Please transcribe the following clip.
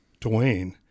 Dwayne